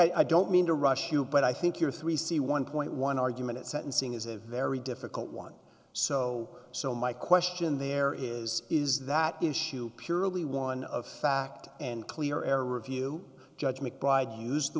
i don't mean to rush you but i think your three c one point one argument at sentencing is a very difficult one so so my question there is is that issue purely one of fact and clear air review judge mcbryde used the